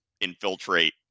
infiltrate